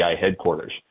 headquarters